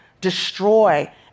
destroy